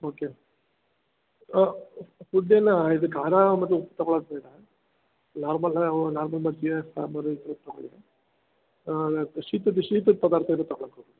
okay ಫುಡ್ಡೆಲ್ಲ ಇದು ಖಾರ ಮತ್ತು ಉಪ್ಪು ತಗೊಳೋದು ಬೇಡ ನಾರ್ಮಲ್ ಅವು ನಾರ್ಮಲ್ ಮಜ್ಜಿಗೆ ಸಾಂಬಾರು ಶೀತದ ಶೀತದ ಪದಾರ್ಥ ಇದ್ದರೆ ತಗೋಳೊಕ್ ಹೊಗಬೇಡಿ